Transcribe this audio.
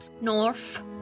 North